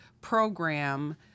program